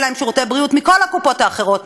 להם שירותי בריאות מכל הקופות האחרות,